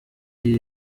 iyi